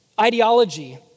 ideology